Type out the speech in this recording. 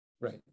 Right